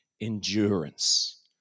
endurance